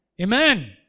Amen